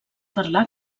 parlar